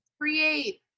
Create